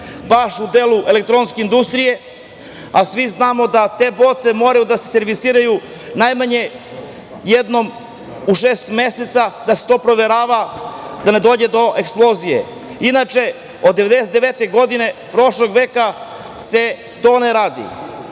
baš u delu elektronske industrije, a svi znamo da te boce moraju da se servisiraju najmanje jednom u šest meseci, da se to proverava, da ne dođe do eksplozije. Inače, od 1999. godine prošlog veka se to ne radi. Moje